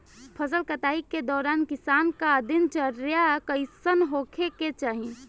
फसल कटाई के दौरान किसान क दिनचर्या कईसन होखे के चाही?